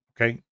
Okay